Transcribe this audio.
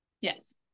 yes